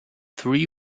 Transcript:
three